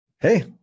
Hey